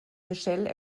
michelle